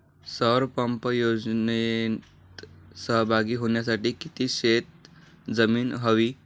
सौर पंप योजनेत सहभागी होण्यासाठी किती शेत जमीन हवी?